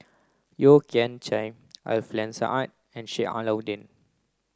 Yeo Kian Chai Alfian Sa'at and Sheik Alau'ddin